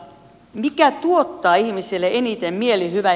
mikä tuottaa ihmiselle eniten mielihyvää